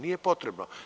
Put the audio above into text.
Nije potrebno.